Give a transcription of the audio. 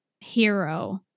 hero